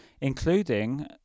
including